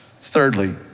Thirdly